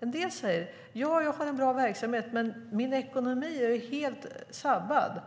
En del säger: Jag har en bra verksamhet, men min ekonomi är helt sabbad.